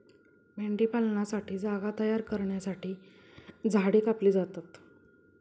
मेंढीपालनासाठी जागा तयार करण्यासाठी झाडे कापली जातात